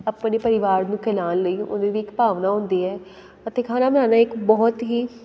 ਆਪਣੇ ਪਰਿਵਾਰ ਨੂੰ ਖਿਲਾਉਣ ਲਈ ਉਹਨਾਂ ਦੀ ਭਾਵਨਾ ਹੁੰਦੀ ਹੈ ਅਤੇ ਖਾਣਾ ਬਣਾਉਣਾ ਇੱਕ ਬਹੁਤ ਹੀ